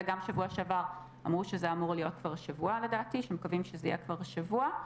בשבוע שעבר אמרו שמקווים שזה יהיה כבר השבוע.